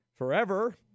Forever